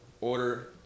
order